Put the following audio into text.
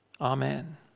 Amen